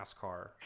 nascar